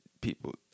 people